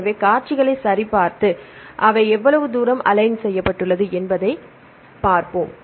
எனவே காட்சிகளைச் சரிபார்த்து அவை எவ்வளவு தூரம் அலைன் செய்யப்பட்டுள்ளது என்பதைப் பார்ப்போம்